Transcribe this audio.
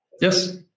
yes